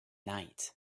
night